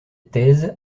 thèse